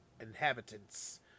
Inhabitants